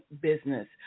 business